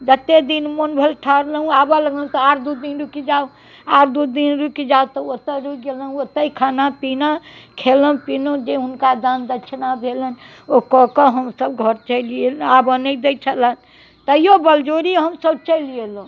जतेक दिन मोन भेल ठहरलहुँ आबऽ लगलहुँ तऽ आओर दू दिन रुकि जाउ आओर दुइ दिन रुकि जाउ तऽ ओतऽ रुकि गेलहुँ ओतहि खाना पीना खेलहुँ पिलहुँ जे हुनका दान दछिना भेलनि ओ कऽ कऽ हमसब घर चलि अएलहुँ आबऽ नहि दै छलै तैओ बलजोड़ी हमसब चलि अएलहुँ